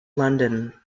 london